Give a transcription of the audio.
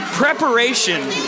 preparation